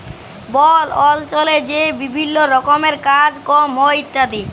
বল অল্চলে যে বিভিল্ল্য রকমের কাজ কম হ্যয় ইত্যাদি